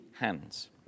hands